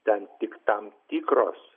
ten tik tam tikros